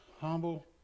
humble